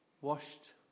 washed